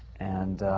and